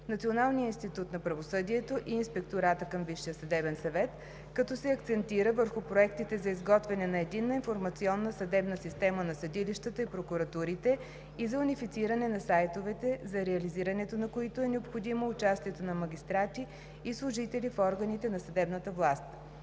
Националния институт на правосъдието и Инспектората към Висшия съдебен съвет, като се акцентира върху проектите за изготвяне на Единна информационна съдебна система на съдилищата и прокуратурите и за унифициране на сайтовете, за реализирането на които е необходимо участието на магистрати и служители в органите на съдебната власт.